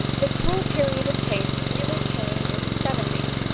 the cruel period of taste really came with the seventies,